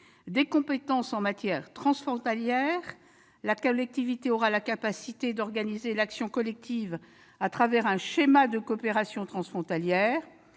de compétences en matière transfrontalière : la collectivité aura la capacité d'organiser l'action collective, à travers un schéma de coopération transfrontalière.